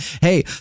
Hey